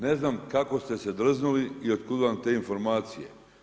Ne znam kako ste se drznuli i od kud vam te informacije.